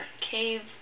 cave